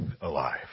alive